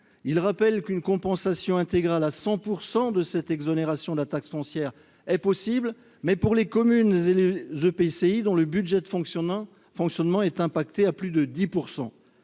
Je rappelle qu'une compensation intégrale à 100 % de l'exonération de la taxe foncière est possible pour les communes et les EPCI dont le budget de fonctionnement est touché à plus de 10 %.